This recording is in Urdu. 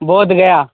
بودھ گیا